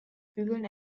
bügeln